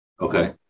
Okay